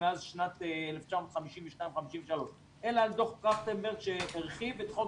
מאז שנת 1953-1952 אלא על דוח טרכטנברג שהרחיב את חוק